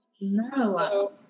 No